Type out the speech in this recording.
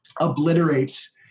obliterates